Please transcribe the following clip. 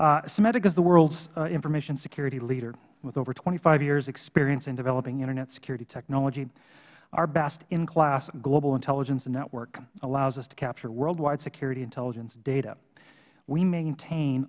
is the world's information security leader with over twenty five years experience in developing internet security technology our best in class global intelligence network allows us to capture worldwide security intelligence data we maintain